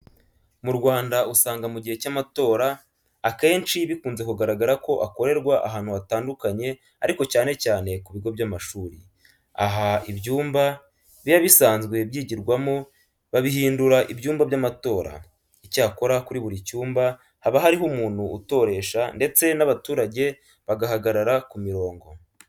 Mu Rwanda usanga mu gihe cy'amatora, akenshi bikunze kugaragara ko akorerwa ahantu hatandukanye ariko cyane cyane ku bigo by'amasuri. Aha, ibyumba biba bisanzwe byigirwamo babihindura ibyumba by'amatora. Icyakora kuri buri cyumba haba hariho umuntu utoresha ndetse n'abaturage bagahagarara ku mirongo.